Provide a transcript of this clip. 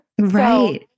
Right